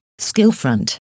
Skillfront